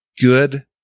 good